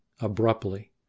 abruptly